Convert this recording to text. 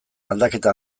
aldaketa